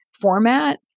format